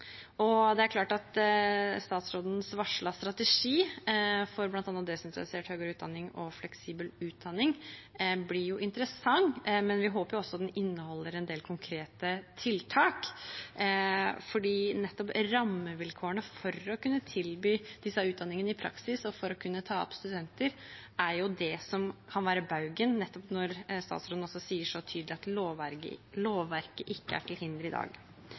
læring. Det er klart at statsrådens varslede strategi for bl.a. desentralisert høyere utdanning og fleksibel utdanning blir interessant, men vi håper jo også at den inneholder en del konkrete tiltak. Nettopp rammevilkårene for å kunne tilby disse utdanningene i praksis og for å kunne ta opp studenter er det som kan være bøygen, når – som statsråden sier så tydelig – lovverket ikke er til hinder i dag.